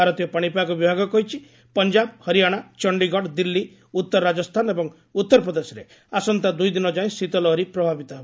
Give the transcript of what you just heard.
ଭାରତୀୟ ପାଣିପାଗ ବିଭାଗ କହିଛି ପଞ୍ଜାବ ହରିୟାଣା ଚଣ୍ଡୀଗଡ଼ ଦିଲ୍ଲୀ ଉତ୍ତର ରାଜସ୍ଥାନ ଏବଂ ଉତ୍ତର ପ୍ରଦେଶରେ ଆସନ୍ତା ଦୁଇ ଦିନ ଯାଏ ଶୀତ ଲହରୀ ପ୍ରବାହିତ ହେବ